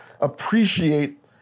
appreciate